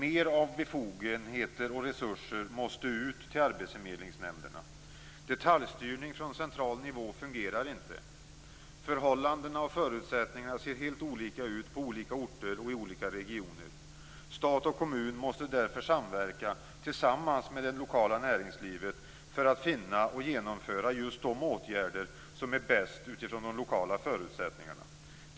Mer av befogenheter och resurser måste ut till arbetsförmedlingsnämnderna. Detaljstyrning från central nivå fungerar inte. Förhållandena och förutsättningarna ser helt olika ut på olika orter och i olika regioner. Stat och kommun måste därför samverka tillsammans med det lokala näringslivet för att finna och genomföra just de åtgärder som är bäst utifrån de lokala förutsättningarna.